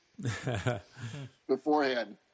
beforehand